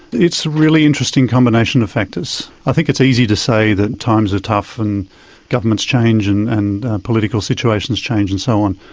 it's a really interesting combination of factors. i think it's easy to say that times are tough and governments change and and political situations change and so on.